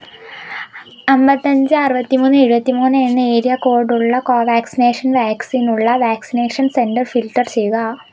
അമ്പത്തഞ്ച് അറുപത്തിമൂന്ന് എഴുപത്തിമൂന്ന് എന്ന ഏരിയ കോഡ് ഉള്ള കോവാക്സിൻ വാക്സിൻ ഉള്ള വാക്സിനേഷൻ സെൻ്റർ ഫിൽട്ടർ ചെയ്യുക